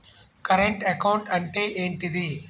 Current account అంటే ఏంటిది?